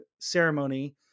ceremony